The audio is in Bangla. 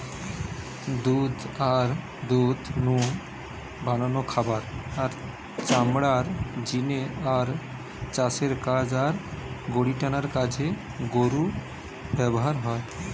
দুধ আর দুধ নু বানানো খাবার, আর চামড়ার জিনে আর চাষের কাজ আর গাড়িটানার কাজে গরু ব্যাভার হয়